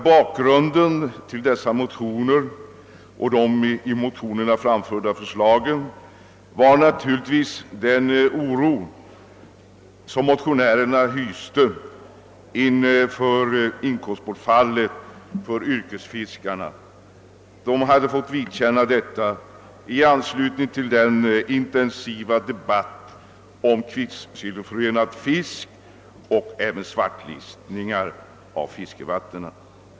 Bakgrunden till de i motionerna framförda förslagen var naturligtvis den oro som motionärerna hyste inför det inkomstbortfall som yrkesfiskarna fått vidkännas i anslutning till den intensiva debatten om kvicksilverförorenad fisk och svartlistningar av fiskevatten.